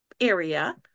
area